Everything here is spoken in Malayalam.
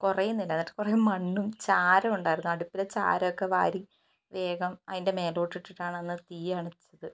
കുറേ നിന്ന് എന്നിട്ട് കുറേ മണ്ണും ചാരം ഉണ്ടാർന്ന് അടുപ്പില് അടുപ്പിലെ ചാരമൊക്കെ വാരി വേഗം അതിൻ്റെ മേലോട്ട്ട്ടിട്ടാണ് അന്ന് തീ അണച്ചത്